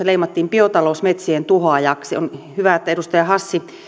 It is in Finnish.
leimattiin metsien tuhoajaksi on hyvä että edustaja hassi